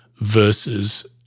versus